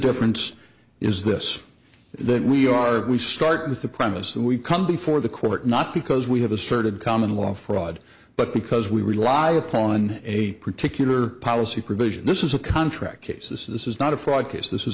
difference is this then we are we start with the premise that we come before the court not because we have asserted common law fraud but because we rely upon a particular policy provision this is a contract case this is not a